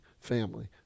family